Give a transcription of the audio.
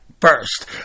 first